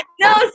No